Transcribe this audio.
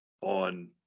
on